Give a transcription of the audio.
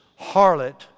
harlot